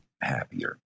happier